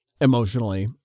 emotionally